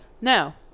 Now